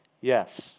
Yes